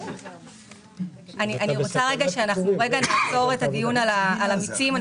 אני רוצה שנעצור לרגע את הדיון על המיצים.